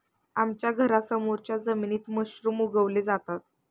आमच्या घरासमोरच्या जमिनीत मशरूम उगवले जातात